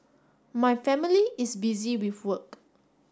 my family is busy with work